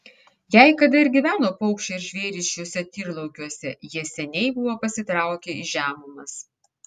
jei kada ir gyveno paukščiai ar žvėrys šiuose tyrlaukiuose jie seniai buvo pasitraukę į žemumas